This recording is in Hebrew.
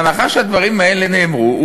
בהנחה שהדברים האלה נאמרו,